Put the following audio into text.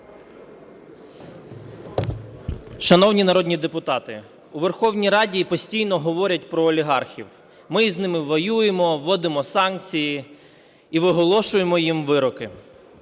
Шановні народні депутати, у Верховній Раді постійно говорять про олігархів. Ми з ними воюємо, вводимо санкції і виголошуємо їм вироки.